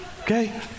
Okay